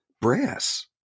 brass